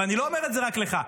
ואני לא אומר את זה רק לך,